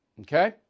Okay